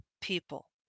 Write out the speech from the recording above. people